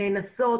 נאנסות,